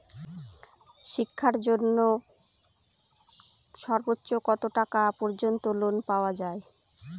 শিক্ষার জন্য সর্বোচ্চ কত টাকা পর্যন্ত লোন পাওয়া য়ায়?